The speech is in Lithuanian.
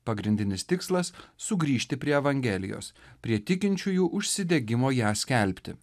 pagrindinis tikslas sugrįžti prie evangelijos prie tikinčiųjų užsidegimo ją skelbti